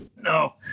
No